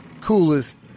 coolest